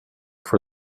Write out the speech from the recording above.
for